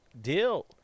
deal